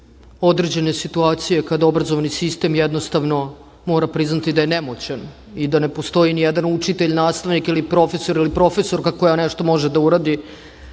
određene situacije kada je obrazovni sistem, jednostavno, mora priznati da je nemoćan i da ne postoji ni jedan učitelj, nastavnik, profesor ili profesorka koja nešto može da uradi. Ja